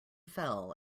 fell